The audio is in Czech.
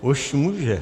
Už může.